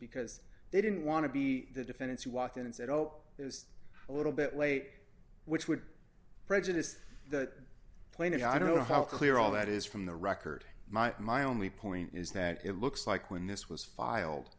because they didn't want to be the defendants who walked in and said oh it was a little bit late which would prejudice the planet i don't know how clear all that is from the record might my only point is that it looks like when this was filed